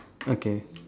okay